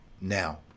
now